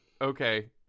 Okay